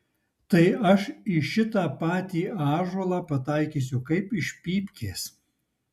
tai aš į šitą patį ąžuolą pataikysiu kaip iš pypkės